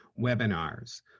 webinars